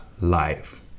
life